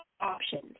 options